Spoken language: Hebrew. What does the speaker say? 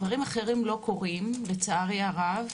דברים אחרים לא קורים, לצערי הרב.